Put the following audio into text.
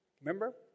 Remember